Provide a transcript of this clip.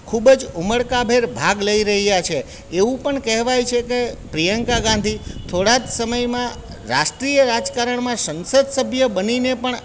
ખૂબ જ ઉમળકાભેર ભાગ લઈ રહ્યા છે એવું પણ કહેવાય છે કે પ્રિયંકા ગાંધી થોડા જ સમયમાં રાષ્ટ્રિય રાજકારણમાં સંસદ સભ્ય બનીને પણ